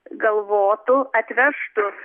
galvotų atvežtų